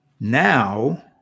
Now